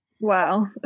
Wow